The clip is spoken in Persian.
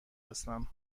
هستم